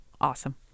awesome